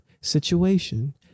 situation